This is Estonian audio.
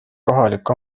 kohalik